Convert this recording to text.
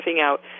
out